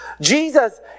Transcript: Jesus